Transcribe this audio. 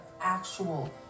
actual